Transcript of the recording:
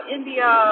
India